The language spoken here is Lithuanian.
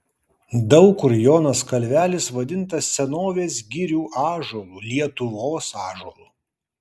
daug kur jonas kalvelis vadintas senovės girių ąžuolu lietuvos ąžuolu